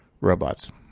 robots